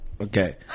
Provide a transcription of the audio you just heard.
okay